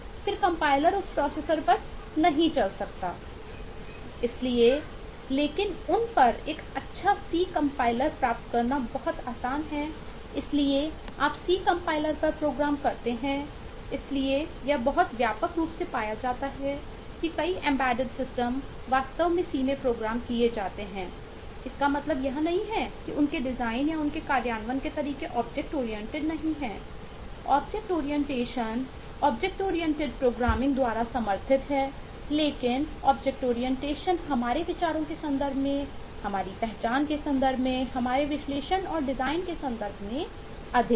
इसलिए लेकिन उन पर एक अच्छा सी कंपाइलर हमारे विचारों के संदर्भ में हमारी पहचान के संदर्भ में हमारे विश्लेषण और डिजाइन के संदर्भ में अधिक है